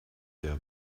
der